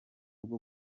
bwo